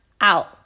out